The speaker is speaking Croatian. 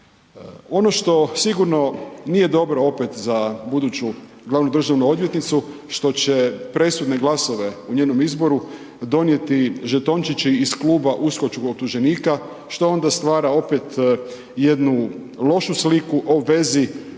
Ono što sigurno nije dobro opet za buduću glavnu državnu odvjetnicu, što će presudne glasove u njenom izboru donijeti žetončići iz kluba USKOK-čkog optuženika što onda stvara opet jednu lošu sliku o vezi